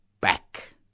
back